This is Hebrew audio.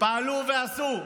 פעלו ועשו.